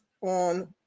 on